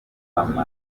mama